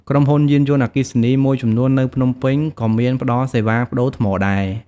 ក្រុមហ៊ុនយានយន្តអគ្គីសនីមួយចំនួននៅភ្នំពេញ ក៏មានផ្តល់សេវាប្ដូរថ្មដែរ។